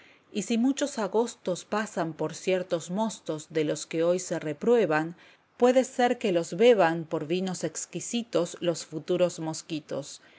y si muchos agostos pasan por ciertos mostos de los que hoy se reprueban puede ser que los beban por vinos exquisitos los futuros mosquitos